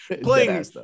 playing